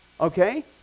okay